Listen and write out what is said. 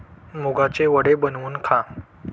मुगाचे वडे बनवून खा